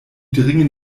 dringen